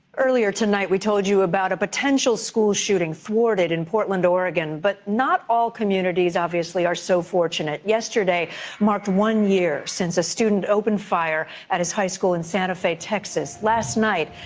earlier tonight, we told you about a potential school shooting thwarted in portland, oregon. but not all communities, obviously, are so fortunate. yesterday marked one year since a student opened fire at his high school in santa fe, texas. last night,